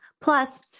Plus